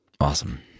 Awesome